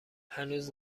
هنوز